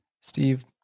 Steve